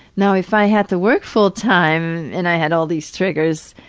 now if i had to work fulltime, and i had all these triggers,